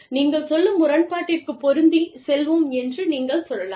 நீங்கள் சொல்லும் முரண்பாட்டிற்குப் பொருந்திச் செல்வோம் என்று நீங்கள் சொல்லலாம்